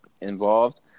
involved